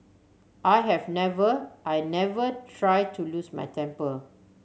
I have never I never try to lose my temper